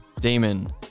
Damon